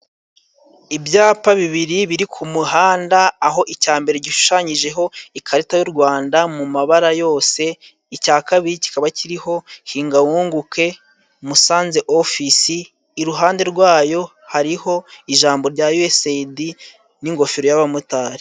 Ibyapa bibiri biri ku muhanda, aho icya mbere gishushanyijeho ikarita y'u Rwanda mu mabara yose, icya kabiri kikaba kiriho hinga wunguke Musanze ofisi, iruhande rwa yo hariho ijambo rya yuwesedi n'ingofero y'abamotari.